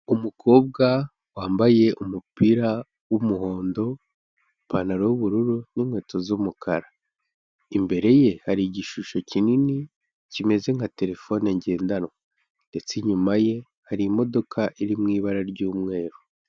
Umukobwa wambaye umupira w'umuhondo, ipantaro y'ubururu n'inkweto z'umukara, imbere ye hari igishusho kinini kimeze nka terefone ngendanwa ndetse inyuma ye hari imodoka iri mu ibara ry'umweru.